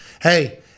hey